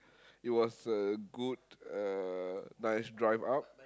it was a good uh nice drive up